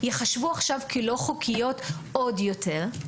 ייחשבו עכשיו כלא חוקיות עוד יותר.